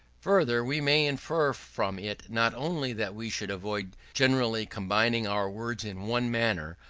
further, we may infer from it not only that we should avoid generally combining our words in one manner,